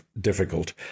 difficult